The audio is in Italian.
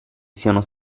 siano